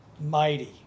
mighty